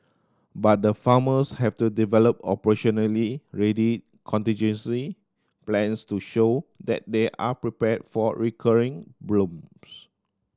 but the farmers have to develop operationally ready contingency plans to show that they are prepared for recurring blooms